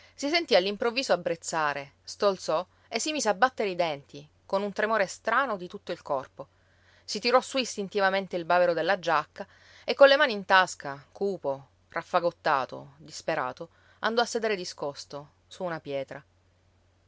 si sentì all'improvviso abbrezzare stolzò e si mise a battere i denti con un tremore strano di tutto il corpo si tirò su istintivamente il bavero della giacca e con le mani in tasca cupo raffagottato disperato andò a sedere discosto su una pietra